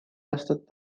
aastat